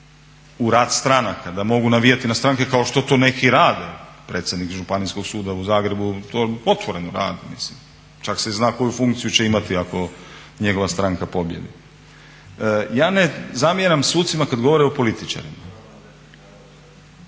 u rad stranaka, da mogu navijati na stranke kao što to neki i rade, predsjednik Županijskog suda u Zagrebu to otvoreno radi, mislim čak se i zna koju funkciju će imati ako njegova stranka pobijedi. Ja ne zamjeram sucima kada govore o političarima,